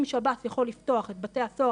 אם שב"ס יכול לפתוח את בתי הסוהר